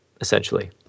essentially